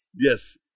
Yes